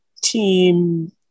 team